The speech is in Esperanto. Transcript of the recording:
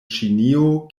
ĉinio